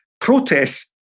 protests